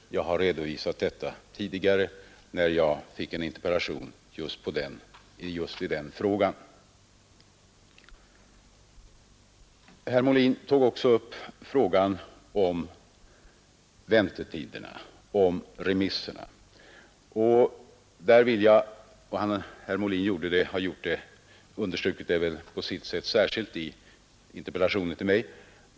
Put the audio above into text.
Jag har tidigare redovisat det i samband med en interpellation i just den frågan. Herr Molin tog också upp frågan om väntetiderna och om remisserna, något som han särskilt understrukit i interpellationen till mig.